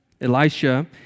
Elisha